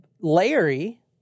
Larry